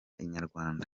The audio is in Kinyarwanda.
inyarwanda